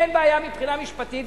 אין בעיה מבחינה משפטית.